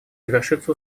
завершится